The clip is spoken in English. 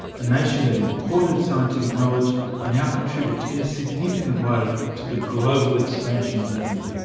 a nation that imported scientific knowledge now contributes in a significant way to the global expansion of learning.